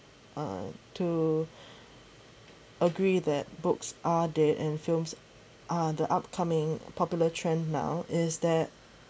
uh to agree that books are dead and films are the upcoming popular trend now is that